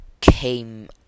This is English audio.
came